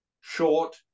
short